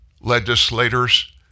legislators